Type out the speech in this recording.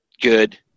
Good